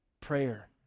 prayer